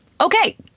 okay